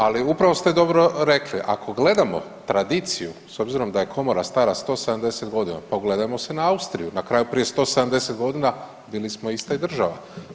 Ali upravo ste dobro rekli, ako gledamo tradiciju s obzirom da je Komora stala 170 godina, pogledajmo se na Austriju, na kraju, prije 170 g. bili smo ista i država.